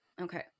Okay